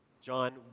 John